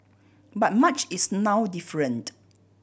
but much is now different